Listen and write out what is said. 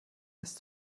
ist